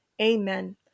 Amen